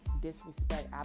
disrespect